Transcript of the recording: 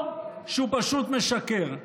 או שהוא פשוט משקר.